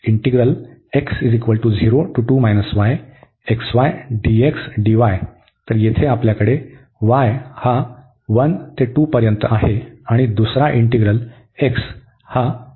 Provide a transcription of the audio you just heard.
तर येथे आपल्याकडे y हा 1 ते 2 पर्यंत आहे आणि दुसरा इंटीग्रल x हा 0 ते 2 y आहे